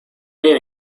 mean